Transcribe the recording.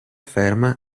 afferma